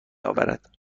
اورد